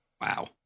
wow